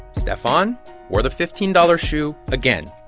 stephon wore the fifteen dollars shoe again,